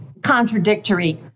contradictory